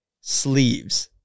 sleeves